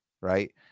right